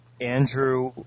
Andrew